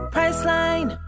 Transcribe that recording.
Priceline